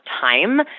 time